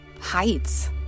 heights